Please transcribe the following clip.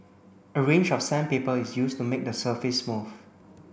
a range of sandpaper is used to make the surface smooth